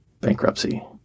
Bankruptcy